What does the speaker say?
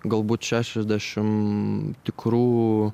galbūt šešiasdešim tikrų